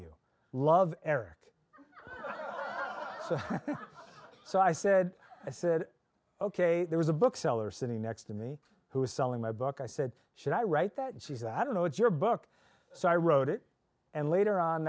you love eric so i said i said ok there was a bookseller sitting next to me who is selling my book i said should i write that she says i don't know it's your book so i wrote it and later on